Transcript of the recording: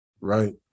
right